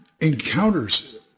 encounters